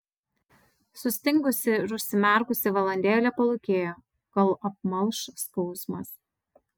sustingusi ir užsimerkusi valandėlę palūkėjo kol apmalš skausmas